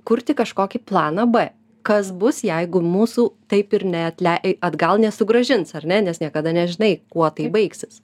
kurti kažkokį planą b kas bus jeigu mūsų taip ir neatlei atgal nesugrąžins ar ne nes niekada nežinai kuo tai baigsis